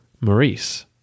Maurice